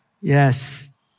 Yes